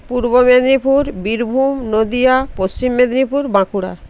Purba Medinipur Birbhum Nadia Paschim Medinipur Bankura